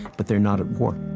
but they're not at war